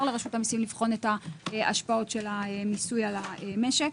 לרשות המיסים לבחון את השפעות המיסוי על המשק.